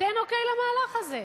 תן אוקיי למהלך הזה.